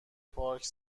پارک